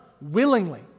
willingly